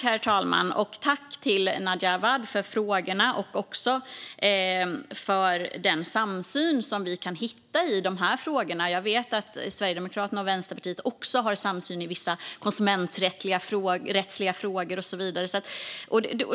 Herr talman! Tack till Nadja Awad för frågorna och för den samsyn som vi kan hitta i de här frågorna! Jag vet att Sverigedemokraterna och Vänsterpartiet har samsyn också i vissa konsumenträttsliga frågor och så vidare.